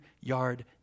yard